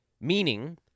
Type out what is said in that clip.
Meaning